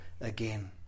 again